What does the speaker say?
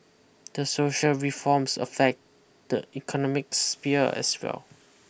these social reforms affect the economic sphere as well